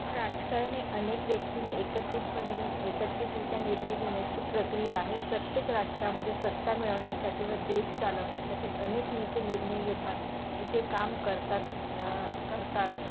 राजकारणी अनेक व्यक्तीने एकत्रितपणे एकत्रितरित्या निर्णय घेण्याची प्रक्रिया आहे प्रत्येक राष्ट्रामध्ये सत्ता मिळवण्यासाठी व देश चालवण्यासाठी अनेक नेते निर्णय घेतात व जे काम करतात करतात